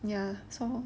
ya so